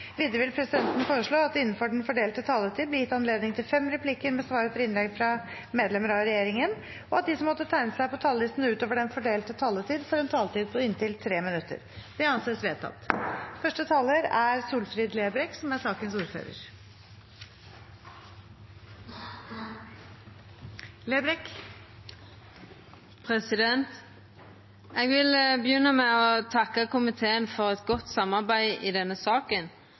Videre vil presidenten foreslå at det – innenfor den fordelte taletid – blir gitt anledning til fem replikker med svar etter innlegg fra medlemmer av regjeringen, og at de som måtte tegne seg på talerlisten utover den fordelte taletid, får en taletid på inntil 3 minutter. – Det anses vedtatt. Eg vil begynna med å takka komiteen for eit godt samarbeid i denne